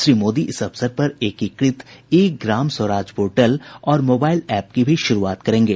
श्री मोदी इस अवसर पर एकीकृत ई ग्राम स्वराज पोर्टल और मोबाइल ऐप की भी शुरूआत करेंगे